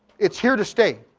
it's here to stay,